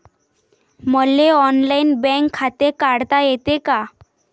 मले online bank खाते काढता येते का?